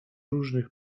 różnych